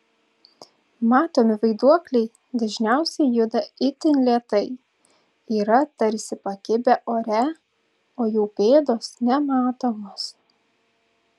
matomi vaiduokliai dažniausiai juda itin lėtai yra tarsi pakibę ore o jų pėdos nematomos